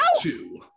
two